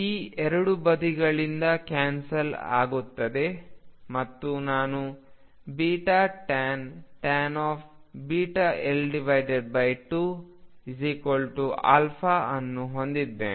C ಎರಡು ಬದಿಗಳಿಂದ cancel ಆಗುತ್ತದೆ ಮತ್ತು ನಾನು tan βL2 ಅನ್ನು ಹೊಂದಿದ್ದೇನೆ